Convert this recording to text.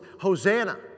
Hosanna